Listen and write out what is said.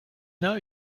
know